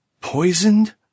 Poisoned